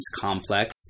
complex